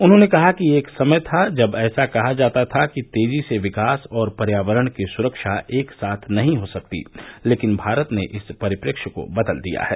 उन्होंने कहा कि एक समय था जब ऐसा कहा जाता था कि तेजी से विकास और पर्यावरण की सुरक्षा एक साथ नहीं हो सकती लेकिन भारत ने इस परिप्रेक्ष्य को बदल दिया है